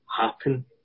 happen